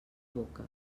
boca